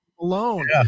alone